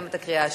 נתקבל.